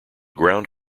ground